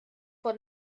vor